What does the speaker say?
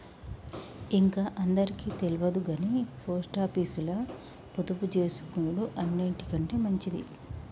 ఇంక అందరికి తెల్వదుగని పోస్టాపీసుల పొదుపుజేసుకునుడు అన్నిటికంటె మంచిది